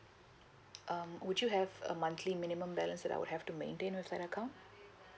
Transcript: um would you have a monthly minimum balance that I would have to maintain with that account